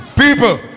People